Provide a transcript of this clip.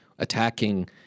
attacking